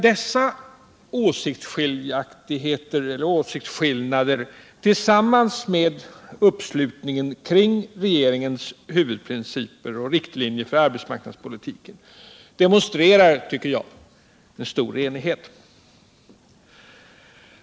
Dessa åsiktsskillnader — tillsammans med uppslutningen kring regeringens huvudprinciper och riktlinjer för arbetsmarknadspolitiken — demonstrerar en stor enighet.